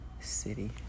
City